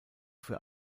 für